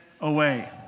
away